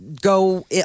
go